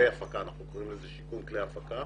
המרחב, אנחנו קוראים לזה שיקום כלי הפקה,